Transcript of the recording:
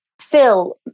Phil